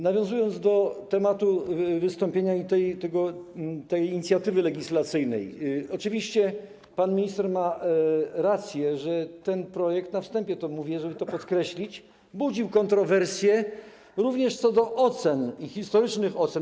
Nawiązując do tematu wystąpienia i tej inicjatywy legislacyjnej: oczywiście, pan minister ma rację, że ten projekt - mówię to na wstępie, żeby to podkreślić - budził kontrowersje również co do ocen i historycznych ocen.